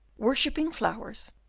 worshipping flowers,